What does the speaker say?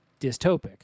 dystopic